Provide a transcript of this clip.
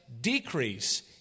decrease